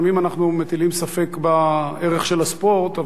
לפעמים אנחנו מטילים ספק בערך של הספורט,